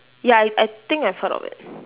ya I I think I've heard of it